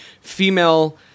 female